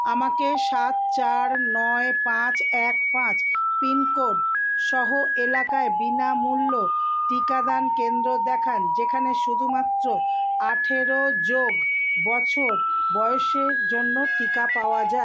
আমাকে সাত চার নয় পাঁচ এক পাঁচ পিনকোড সহ এলাকায় বিনামূল্য টিকাদান কেন্দ্র দেখান যেখানে শুধুমাত্র আঠেরো যোগ বছর বয়সের জন্য টিকা পাওয়া যায়